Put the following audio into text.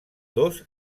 dos